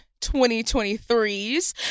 2023's